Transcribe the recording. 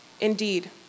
Indeed